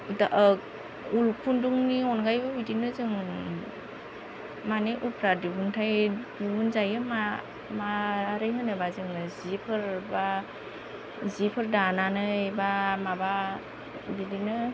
दा उल खुन्दुंनि अनगायैबो बिदिनो जों माने उफ्रा दिहुनथाय दिहुनजायो मा माबोरै होनोबा जोङो जिफोर बा जिफोर दानानै बा माबा बिदिनो